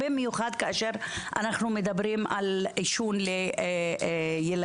במיוחד כאשר אנחנו מדברים על עישון של ילדים.